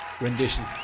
Rendition